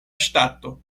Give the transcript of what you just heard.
ŝtato